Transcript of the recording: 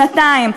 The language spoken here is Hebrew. שנתיים,